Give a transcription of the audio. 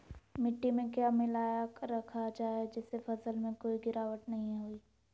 मिट्टी में क्या मिलाया रखा जाए जिससे फसल में कोई गिरावट नहीं होई?